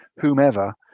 whomever